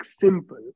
simple